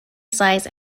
size